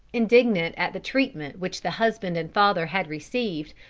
indignant at the treatment which the husband and father had received,